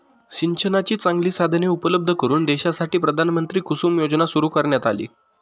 सिंचनाची चांगली साधने उपलब्ध करून देण्यासाठी प्रधानमंत्री कुसुम योजना सुरू करण्यात आली